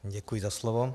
Děkuji za slovo.